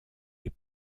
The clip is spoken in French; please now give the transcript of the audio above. les